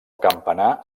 campanar